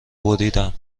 بریدم